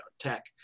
Tech